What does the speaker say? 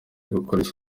gukorerwa